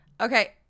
okay